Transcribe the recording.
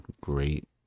great